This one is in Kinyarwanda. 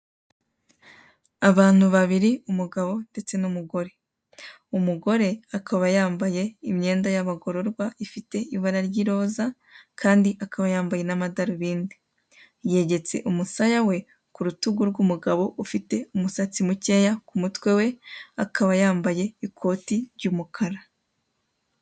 Abantu babibiri umugabo ndetse n'umugore, umugore akaba yambaye imyenda y'abagororwa ifite ibara ry'iroza kandi akaba yambaye n'amadarubindi, yegetse umusaya we ku rutugu rw'umugabo ufite umusatsi mukeya ku mutwe we, akaba yambaye ikoti ry'umukara.